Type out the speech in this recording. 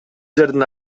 жердин